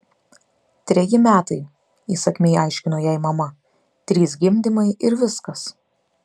treji metai įsakmiai aiškino jai mama trys gimdymai ir viskas